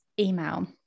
email